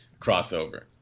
crossover